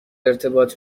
ارتباط